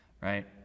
right